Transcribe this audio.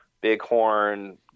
bighorn